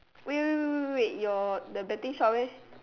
wait wait wait wait wait your the betting shop leh